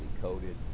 coated